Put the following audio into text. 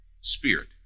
spirit